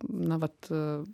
na vat